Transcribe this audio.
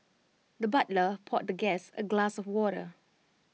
the butler poured the guest A glass of water